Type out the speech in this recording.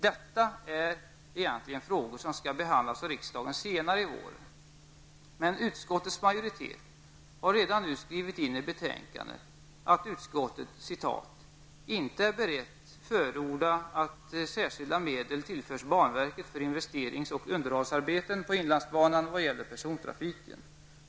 Detta är egentligen frågor som skall behandlas av riksdagen senare i vår, men utskottets majoritet har redan nu skrivit in i betänkandet att utskottet är för sin del ''inte berett förorda att särskilda medel tillförs banverket för investerings och underhållsarbeten på inlandsbanan vad gäller persontrafiken.